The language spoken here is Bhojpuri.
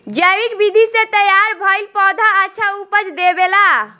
जैविक विधि से तैयार भईल पौधा अच्छा उपज देबेला